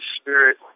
Spirit